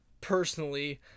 personally